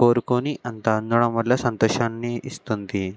కోరుకొని అంత అందడంవల్ల సంతోషాన్ని ఇస్తుంది